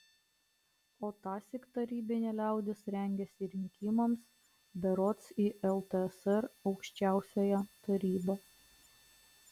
o tąsyk tarybinė liaudis rengėsi rinkimams berods į ltsr aukščiausiąją tarybą